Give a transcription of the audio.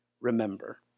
remember